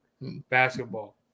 basketball